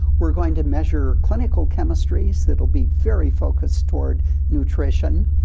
we're going to measure clinical chemistries it'll be very focused toward nutrition.